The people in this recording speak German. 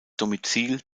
domizil